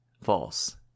false